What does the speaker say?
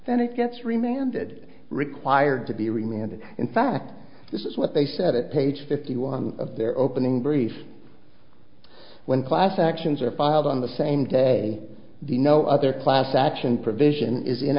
then it gets remanded required to be remanded in fact this is what they said it page fifty one of their opening brief when class actions are filed on the same day the no other class action provision is